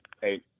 hey